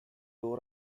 low